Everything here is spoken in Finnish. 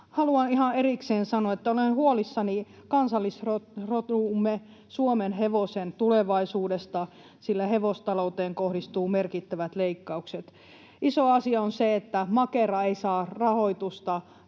haluan ihan erikseen sanoa, että olen huolissani kansallisrotumme suomenhevosen tulevaisuudesta, sillä hevostalouteen kohdistuu merkittävät leikkaukset. Iso asia on se, että Makera ei saa rahoitusta